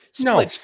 No